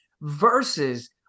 versus